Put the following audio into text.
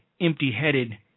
empty-headed